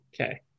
Okay